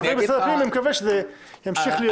אני מקווה שזה ימשיך להיות טוב.